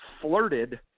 flirted